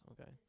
okay